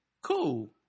cool